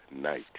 night